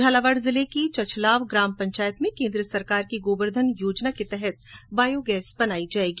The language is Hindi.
झालावाड जिले की चछलाव ग्राम पंचायत में केन्द्र सरकार की गोवरधन योजना के तहत बॉयो गैस बनाई जायेगी